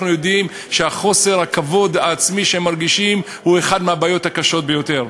אנחנו יודעים שחוסר הכבוד העצמי שמרגישים הוא אחת הבעיות הקשות ביותר.